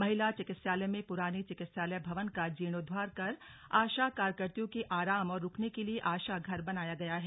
महिला चिकित्सालय में पुराने चिकित्सालय भवन का जीर्णोद्वार कर आशा कार्यकत्रियों के आराम और रूकने के लिए आशा घर बनाया गया है